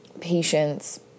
patience